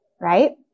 Right